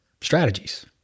strategies